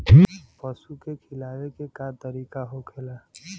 पशुओं के खिलावे के का तरीका होखेला?